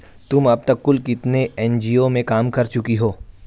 तुम अब तक कुल कितने एन.जी.ओ में काम कर चुकी हो?